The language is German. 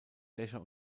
dächer